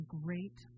great